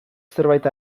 zerbait